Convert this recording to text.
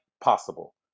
possible